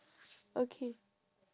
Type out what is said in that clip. okay